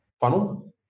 funnel